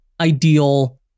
ideal